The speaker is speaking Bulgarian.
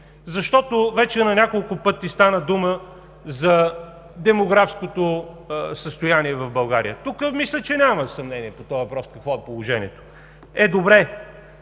защото вече на няколко пъти стана дума за демографското състояние в България. Тук мисля, че няма съмнение какво е положението по този